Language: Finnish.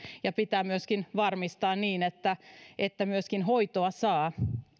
ja pitää myöskin varmistaa se että hoitoa myöskin saa